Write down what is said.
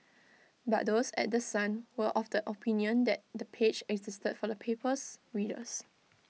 but those at The Sun were of the opinion that the page existed for the paper's readers